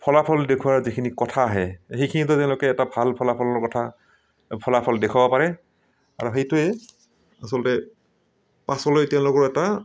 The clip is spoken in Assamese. ফলাফল দেখুওৱাৰ যিখিনি কথা আহে সেইখিনিতো তেওঁলোকে এটা ভাল ফলাফলৰ কথা ফলাফল দেখুৱাব পাৰে আৰু সেইটোৱে আচলতে পাছলৈ তেওঁলোকৰ এটা